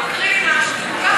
מקריא משהו.